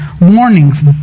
warnings